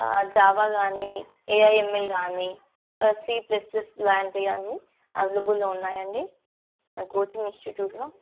Java కానీ AIML కానీ C plus plus లాంటివి కానీ అవైలబుల్లో ఉన్నాయండి కోచింగ్ నా ఇన్స్టిట్యూట్లో